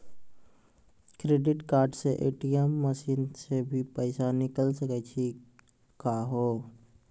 Credit card से ATM machine से भी पैसा निकल सकै छि का हो?